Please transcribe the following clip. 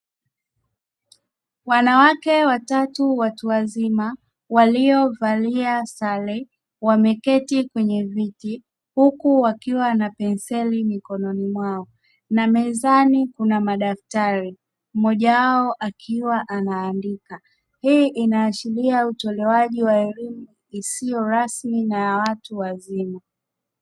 Wanawake watatu watu wazima walio valia sare wameketi kwenye viti fupi wakiwa na penseli mikononi mwao. Na mezani kuna madaftari, mmoja wao akiwa anaandika. Hii inaashiria utoaji wa elimu isiyo rasmi na ya watu wazima.